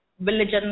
religion